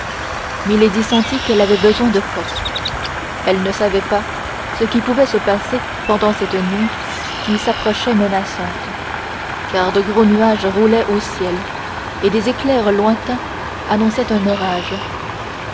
milady sentit qu'elle avait besoin de forces elle ne savait pas ce qui pouvait se passer pendant cette nuit qui s'approchait menaçante car de gros nuages roulaient au ciel et des éclairs lointains annonçaient un orage